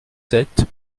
sept